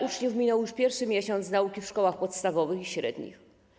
Uczniom minął już pierwszy miesiąc nauki w szkołach podstawowych i średnich.